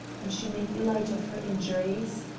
and she made light of her injuries.